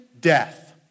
death